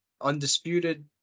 undisputed